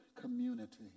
community